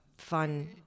fun